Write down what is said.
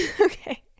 Okay